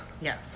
Yes